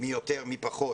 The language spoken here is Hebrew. מי יותר, מי פחות